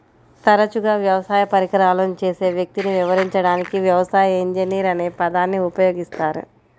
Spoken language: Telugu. తరచుగా వ్యవసాయ పరికరాలను చేసే వ్యక్తిని వివరించడానికి వ్యవసాయ ఇంజనీర్ అనే పదాన్ని ఉపయోగిస్తారు